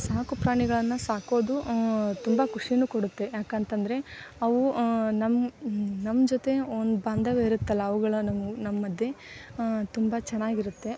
ಸಾಕು ಪ್ರಾಣಿಗಳನ್ನು ಸಾಕೋದು ತುಂಬ ಖುಷಿನು ಕೊಡುತ್ತೆ ಯಾಕೆಂತಂದ್ರೆ ಅವು ನಮ್ಮ ನಮ್ಮ ಜೊತೆ ಒಂದು ಬಾಂಧವ್ಯ ಇರುತ್ತಲ್ಲ ಅವುಗಳ ನಮ್ಮ ನಮ್ಮಧ್ಯೆ ತುಂಬ ಚೆನ್ನಾಗಿರುತ್ತೆ